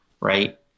right